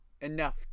enough